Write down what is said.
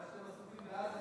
זה כי אתם עסוקים בעזה,